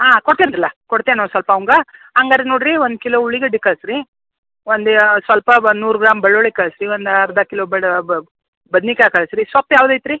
ಹಾಂ ಕೊಡ್ತೇನಲ ಕೊಡ್ತೇನೆ ಒಂದು ಸ್ವಲ್ಪ ಅಂವ್ಗೆ ಹಂಗಾರ್ ನೋಡಿರಿ ಒಂದು ಕಿಲೋ ಉಳ್ಳಾಗಡ್ಡಿ ಕಳ್ಸಿ ರೀ ಒಂದು ಸ್ವಲ್ಪ ಒಂದು ನೂರು ಗ್ರಾಮ್ ಬೆಳ್ಳುಳ್ಳಿ ಕಳಿಸಿ ಒಂದು ಅರ್ಧ ಕಿಲೋ ಬಡಾ ಬದ್ನೆಕಾಯ್ ಕಳ್ಸಿ ರೀ ಸೊಪ್ಪು ಯಾವ್ದು ಐತ್ರೀ